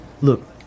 Look